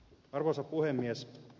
arvoisa puhemies